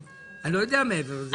אני לא יודע מעבר לזה.